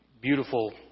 beautiful